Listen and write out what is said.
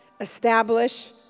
establish